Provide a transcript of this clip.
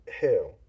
hell